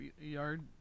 yard